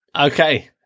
Okay